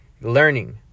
learning